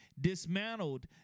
dismantled